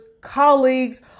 colleagues